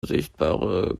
sichtbare